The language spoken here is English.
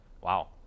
Wow